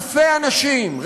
אלפי אנשים,